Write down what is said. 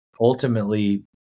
ultimately